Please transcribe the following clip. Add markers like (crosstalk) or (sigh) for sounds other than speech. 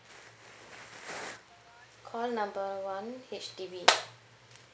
call number one H_D_B (noise)